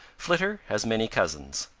flitter has many cousins.